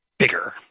Bigger